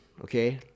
okay